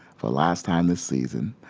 for last time this season,